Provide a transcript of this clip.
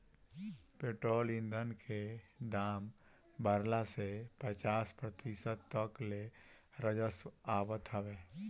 petrol ईधन के दाम बढ़ला से पचास प्रतिशत तक ले राजस्व आवत हवे